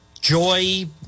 Joy